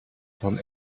von